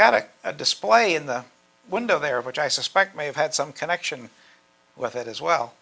got a display in the window there which i suspect may have had some connection with it as well